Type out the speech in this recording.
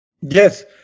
Yes